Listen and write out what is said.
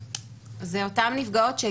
אלה אותן נפגעות שלא מתלוננות.